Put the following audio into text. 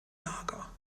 lager